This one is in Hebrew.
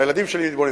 הילדים שלי מתבוננים,